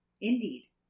Indeed